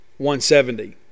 170